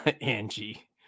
Angie